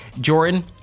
Jordan